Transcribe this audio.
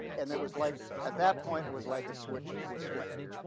and there was like, at that point, it was like a switch was flipped.